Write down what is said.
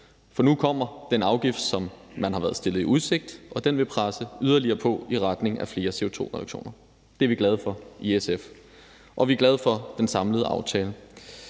for nu kommer den afgift, som man har været stillet i udsigt, og den vil presse yderligere på i retning af flere CO2-reduktioner. Det er vi glade for I SF, og vi er glade for den samlede aftale.